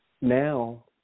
now